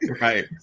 Right